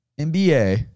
NBA